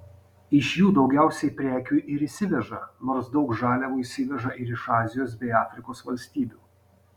iš jų daugiausiai prekių ir įsiveža nors daug žaliavų įsiveža ir iš azijos bei afrikos valstybių